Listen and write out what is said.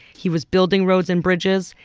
he was building roads and bridges.